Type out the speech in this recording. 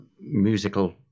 musical